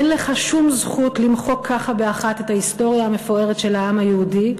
אין לך שום זכות למחוק ככה באחת את ההיסטוריה המפוארת של העם היהודי,